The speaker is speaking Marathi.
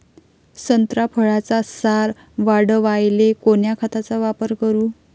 संत्रा फळाचा सार वाढवायले कोन्या खताचा वापर करू?